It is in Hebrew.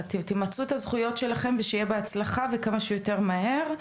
תמצו את הזכויות שלכם ושיהיה בהצלחה וכמה שיותר מהר.